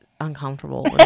uncomfortable